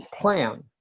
plan